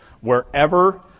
wherever